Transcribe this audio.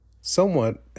somewhat